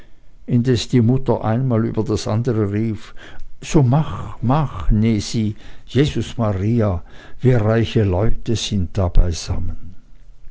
indes die mutter einmal über das andere rief so mach so mach nesi jesus maria wie reiche leute sind da